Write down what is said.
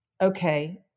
Okay